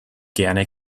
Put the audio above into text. gerne